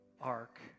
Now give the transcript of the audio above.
ark